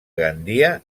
gandia